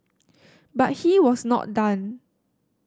but he was not done